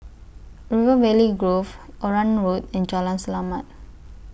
River Valley Grove Onraet Road and Jalan Selamat